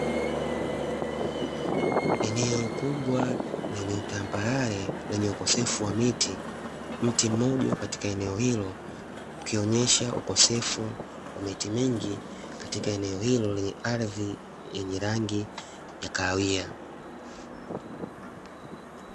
Eneo kubwa lenye utambarare lenye ukosefu wa miti, mti mmoja upo katika eneo hilo ukionyesha ukosefu wa miti mingi katika eneo hilo lenye ardhi yenye rangi ya kahawia.